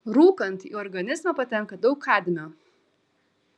rūkant į organizmą patenka daug kadmio